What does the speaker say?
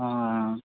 ஆ ஆ